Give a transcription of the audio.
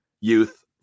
youth